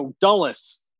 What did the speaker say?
Dulles